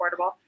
affordable